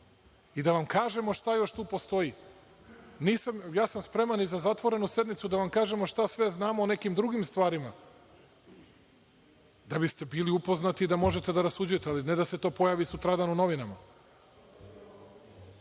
I da vam kažemo šta još tu postoji. Ja sam spreman i za zatvorenu sednicu, da vam kažemo šta sve znamo o nekim drugim stvarima, da biste bili upoznati i da biste mogli da rasuđujete, a ne da se to pojavi sutradan u novinama.(Goran